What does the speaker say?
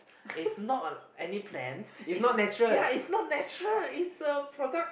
it's not a any plan it's ya it's not natural it's a product~